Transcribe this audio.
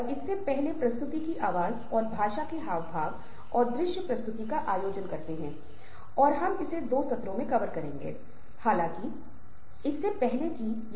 मैं संस्कृति और संदर्भ के तत्वों पर ध्यान देना चाहूंगा निश्चित रूप से हम उन तरीकों के बारे में बात करेंगे जो हम आम तौर पर संवाद के लिए उपयोग करते हैं